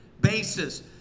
basis